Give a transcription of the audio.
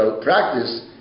practice